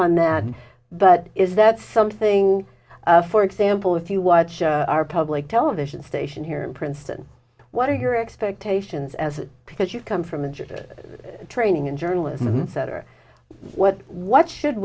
on that but is that something for example if you watch our public television station here in princeton what are your expectations as because you come from a job training in journalism and cetera what what should